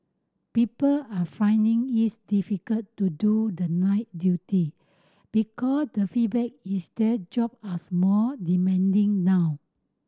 people are finding it's difficult to do the night duty because the feedback is that job as more demanding now